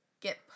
get